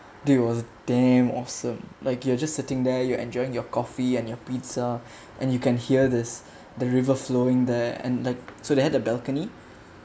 it was damn awesome like you're just sitting there you're enjoying your coffee and your pizza and you can hear this the river flowing there and like so they had a balcony